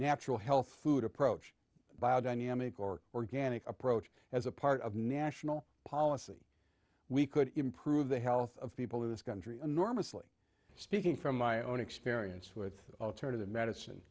natural health food approach biodynamic or organic approach as a part of national policy we could improve the health of people in this country enormously speaking from my own experience with alternative medicine